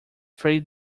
three